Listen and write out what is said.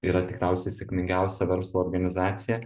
yra tikriausiai sėkmingiausia verslo organizacija